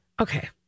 Okay